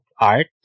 Art